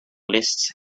lists